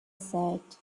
said